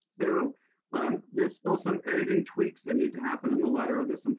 so um there's still some editing tweaks that need to happen in the letter. there's some,